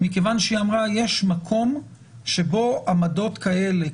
מכיוון שהיא אמרה: יש מקום שבו עמדות כאלה,